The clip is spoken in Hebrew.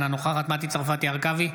אינה נוכחת מטי צרפתי הרכבי,